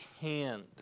hand